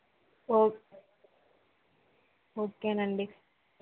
ఓ okay అండి